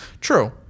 True